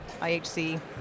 IHC